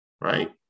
Right